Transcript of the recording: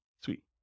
Sweet